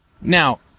Now